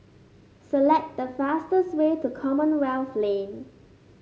select the fastest way to Commonwealth Lane